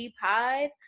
pod